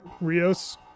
Rios